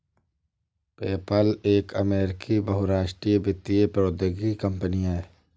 PayPal एक अमेरिकी बहुराष्ट्रीय वित्तीय प्रौद्योगिकी कंपनी है